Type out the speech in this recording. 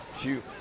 shoot